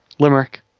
Limerick